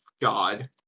god